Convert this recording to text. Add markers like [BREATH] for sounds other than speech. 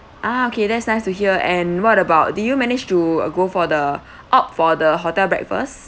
ah okay that's nice to hear and what about did you manage to go for the [BREATH] opt for the hotel breakfast